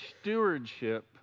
stewardship